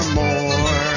more